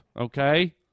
okay